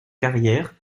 carrière